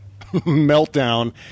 meltdown